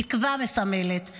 תקווה זה שחרור,